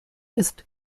ist